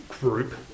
group